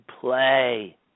play